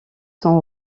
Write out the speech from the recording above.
sont